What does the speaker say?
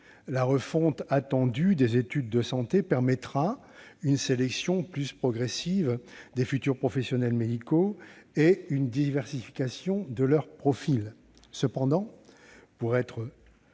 La refonte attendue des études de santé permettra une sélection plus progressive des futurs professionnels médicaux et une diversification de leurs profils. Néanmoins,